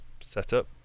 setup